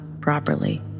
properly